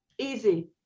easy